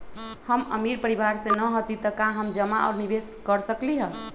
हम अमीर परिवार से न हती त का हम जमा और निवेस कर सकली ह?